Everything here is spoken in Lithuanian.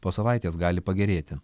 po savaitės gali pagerėti